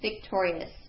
victorious